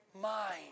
mind